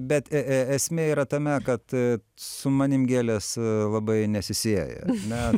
bet e e e esmė yra tame kad su manim gėlės labai nesisieja ne